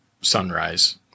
sunrise